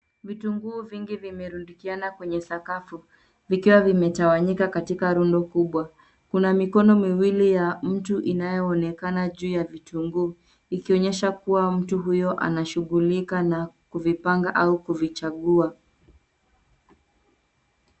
Vitunguu vingi vimerundikiana kwenye sakafu, vikiwa vimetawanyika katika rundo kubwa. Kuna mikono miwili ya mtu inaonekana juu ya vitunguu, ikionyesha kuwa mtu huyo anashughulika na kuvipanga au kuvichagua.